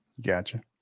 Gotcha